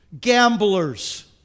gamblers